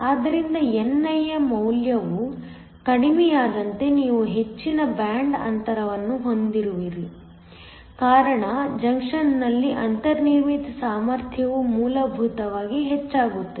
ಆದ್ದರಿಂದ ni ಯ ಮೌಲ್ಯವು ಕಡಿಮೆಯಾದಂತೆ ನೀವು ಹೆಚ್ಚಿನ ಬ್ಯಾಂಡ್ ಅಂತರವನ್ನು ಹೊಂದಿರುವ ಕಾರಣ ಜಂಕ್ಷನ್ನಲ್ಲಿ ಅಂತರ್ನಿರ್ಮಿತ ಸಾಮರ್ಥ್ಯವು ಮೂಲಭೂತವಾಗಿ ಹೆಚ್ಚಾಗುತ್ತದೆ